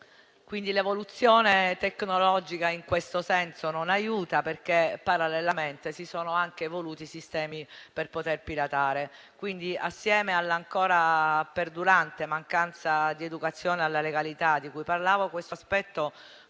rischio. L'evoluzione tecnologica in questo senso non aiuta, perché parallelamente si sono anche evoluti i sistemi per poter piratare. Quindi insieme alla perdurante mancanza di educazione alla legalità di cui parlavo questo aspetto